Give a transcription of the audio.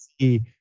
see